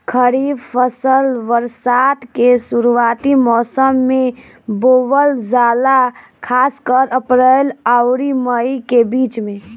खरीफ फसल बरसात के शुरूआती मौसम में बोवल जाला खासकर अप्रैल आउर मई के बीच में